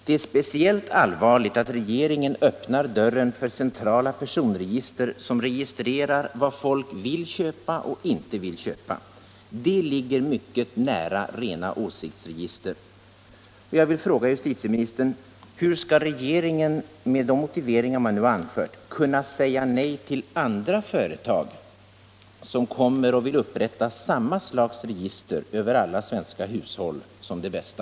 Det är speciellt allvarligt att regeringen öppnar dörren för centrala personregister som registrerar vad folk vill köpa och inte köpa. Detta ligger mycket nära rena åsiktsregister. Jag vill fråga justitieministern: Hur skall regeringen — efter de motiveringar som man nu har anfört — kunna säga nej till andra företag som kommer och vill upprätta samma slags register över alla svenska hushåll som Det Bästa?